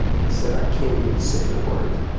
he said, i can't even say the word,